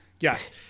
Yes